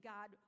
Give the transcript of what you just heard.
God